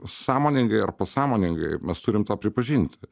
sąmoningai ar pasąmoningai mes turim tą pripažinti